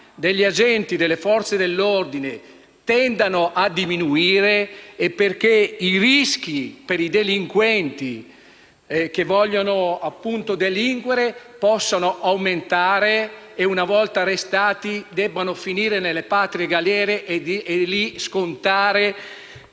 degli agenti delle Forze dell’ordine tendano a diminuire e i rischi per i delinquenti che vogliono, appunto, delinquere, possano aumentare: una volta arrestati, devono finire nelle patrie galere e lì scontare